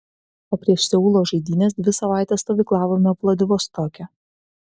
o prieš seulo žaidynes dvi savaites stovyklavome vladivostoke